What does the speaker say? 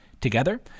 Together